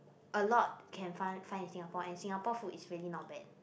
a lot can find find in Singapore and Singapore food is really not bad